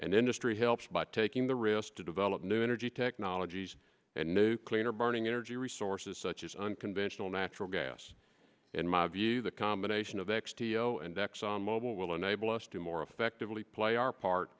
and industry helps by taking the risk to develop new energy technologies and new cleaner burning energy resources such as unconventional natural gas in my view the combination of x t o and exxon mobile will enable us to more effectively play our part